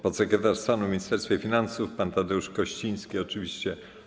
Podsekretarz stanu w Ministerstwie Finansów pan Tadeusz Kościński oczywiście.